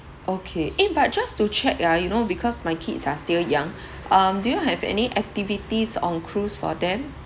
okay eh but just to check ah you know because my kids are still young um do you have any activities on cruise for them